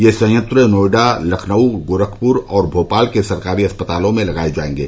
यह संयंत्र नोएडा लखनऊ गोरखपुर और भोपाल के सरकारी अस्पतालों में लगाये जायेंगे